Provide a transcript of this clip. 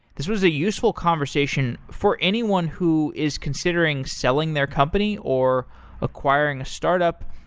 this was a useful conversation for anyone who is considering selling their company or acquiring a startup,